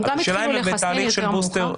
הם גם התחילו לחסן יותר מאוחר.